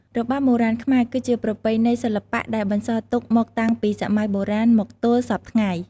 របាំបុរាណខ្មែរ គឺជាប្រពៃណីសិល្បៈដែលបន្សល់ទុកមកតាំងពីសម័យបុរាណមកទល់សព្វថ្ងៃ។